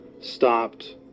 stopped